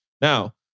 now